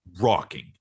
rocking